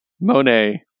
Monet